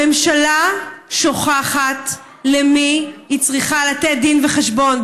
הממשלה שוכחת למי היא צריכה לתת דין וחשבון.